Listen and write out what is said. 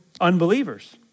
unbelievers